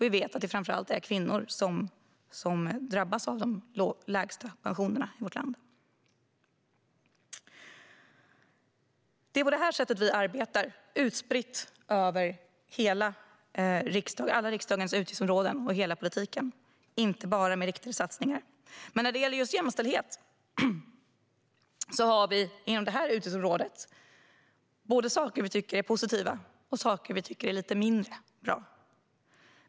Vi vet att det framför allt är kvinnor som drabbas av de lägsta pensionerna i vårt land. Det är på det här sättet som vi arbetar, utspritt över alla riksdagens utgiftsområden och i hela politiken, inte bara med riktade satsningar. När det gäller jämställdhet inom det här utgiftsområdet finns det saker som vi tycker är positiva och saker som vi tycker är lite mindre bra.